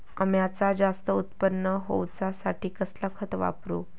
अम्याचा जास्त उत्पन्न होवचासाठी कसला खत वापरू?